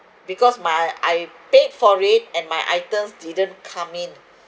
because my I paid for it and my items didn't come in